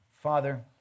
Father